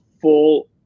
full